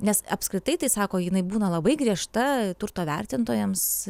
nes apskritai tai sako jinai būna labai griežta turto vertintojams